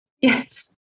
Yes